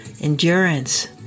endurance